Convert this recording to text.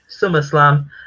SummerSlam